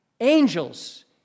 angels